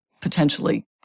potentially